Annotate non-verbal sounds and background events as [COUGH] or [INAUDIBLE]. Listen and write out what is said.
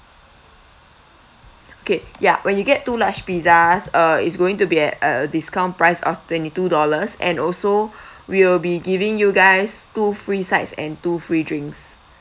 okay ya when you get two large pizzas uh it's going to be at a discount price of twenty two dollars and also [BREATH] we will be giving you guys two free sides and two free drinks